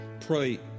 pray